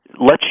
lets